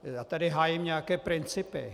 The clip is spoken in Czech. Já tady hájím nějaké principy.